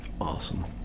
awesome